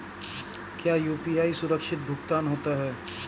क्या यू.पी.आई सुरक्षित भुगतान होता है?